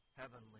heavenly